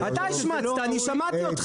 אתה השמצת, אני שמעתי אותך.